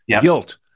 guilt